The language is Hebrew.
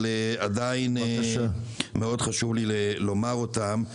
אבל עדיין חשוב לי לומר אותם.